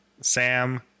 Sam